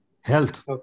Health